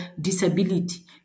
disability